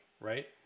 right